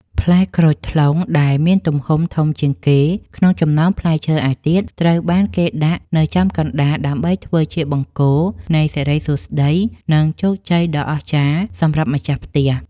ផ្លែក្រូចថ្លុងដែលមានទំហំធំជាងគេក្នុងចំណោមផ្លែឈើឯទៀតត្រូវបានគេដាក់នៅចំកណ្ដាលដើម្បីធ្វើជាបង្គោលនៃសិរីសួស្តី និង ជោគជ័យដ៏អស្ចារ្យសម្រាប់ម្ចាស់ផ្ទះ។